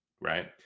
right